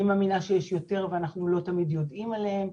אני מאמינה שיש יותר ואנחנו לא תמיד יודעים עליהן,